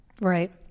right